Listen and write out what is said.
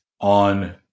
on